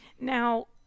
Now